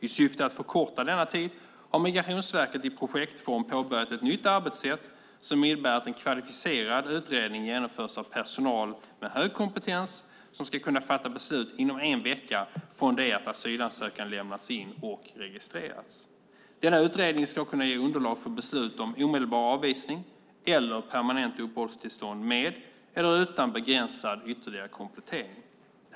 I syfte att förkorta denna tid har Migrationsverket i projektform påbörjat ett nytt arbetssätt som innebär att en kvalificerad utredning genomförs av personal med hög kompetens som ska kunna fatta beslut inom en vecka från det att asylansökan lämnats in och registrerats. Denna utredning ska kunna ge underlag för beslut om omedelbar avvisning eller permanent uppehållstillstånd med eller utan begränsad ytterligare komplettering.